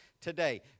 today